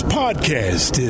podcast